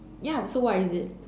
ya so what is it